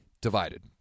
divided